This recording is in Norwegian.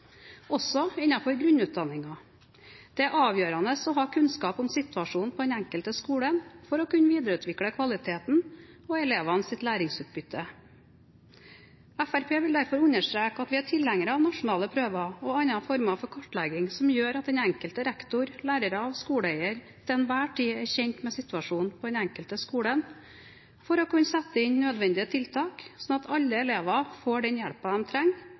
også innenfor grunnutdanningen. Det er avgjørende å ha kunnskap om situasjonen på den enkelte skole for å kunne videreutvikle kvaliteten og elevenes læringsutbytte. Fremskrittspartiet vil derfor understreke at vi er tilhengere av nasjonale prøver og andre former for kartlegging som gjør at den enkelte rektor, lærer og skoleeier til enhver tid er kjent med situasjonen på den enkelte skole for å kunne sette inn nødvendige tiltak, slik at alle elever får den hjelpen de trenger,